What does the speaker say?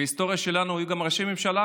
בהיסטוריה שלנו היו גם ראשי ממשלה